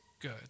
good